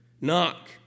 Knock